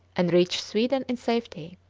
and reached sweden in safety.